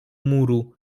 muru